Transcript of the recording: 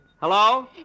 Hello